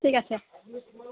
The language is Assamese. ঠিক আছে